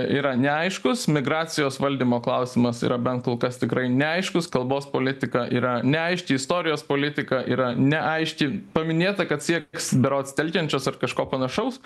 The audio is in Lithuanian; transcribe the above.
yra neaiškus migracijos valdymo klausimas yra bent kol kas tikrai neaiškus kalbos politika yra neaiški istorijos politika yra neaiški paminėta kad sieks berods telkiančios ar kažko panašaus